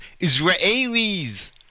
Israelis